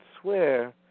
swear